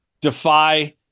defy